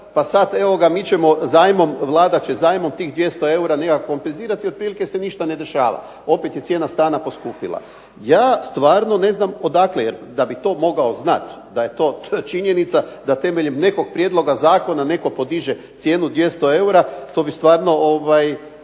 pa sad mi ćemo zajmom, Vlada će zajmom tih 200 eura nekako kompenzirati i otprilike se ništa ne dešava, opet je cijena stana poskupila. Ja stvarno ne znam odakle, jer da bi to mogao znat, da je to činjenica, da temeljem nekog prijedloga zakona netko podiže cijenu 200 eura to bi stvarno